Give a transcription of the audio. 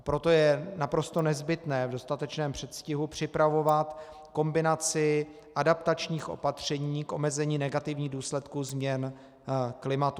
Proto je naprosto nezbytné v dostatečném předstihu připravovat kombinaci adaptačních opatření k omezení negativních důsledků změn klimatu.